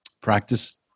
Practice